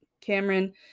Cameron